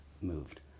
moved